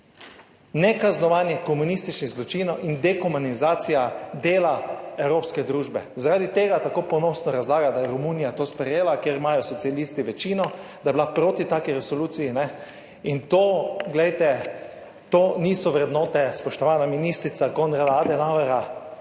Nekaznovanje komunističnih zločinov in dekomunizacija dela evropske družbe, zaradi tega tako ponosno razlaga, da je Romunija to sprejela, kjer imajo socialisti večino, da je bila proti taki resoluciji in to, glejte, to niso vrednote, spoštovana ministrica, Konrada Adenauerja,